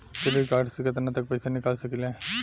Credit card से केतना तक पइसा निकाल सकिले?